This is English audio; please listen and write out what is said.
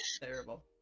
Terrible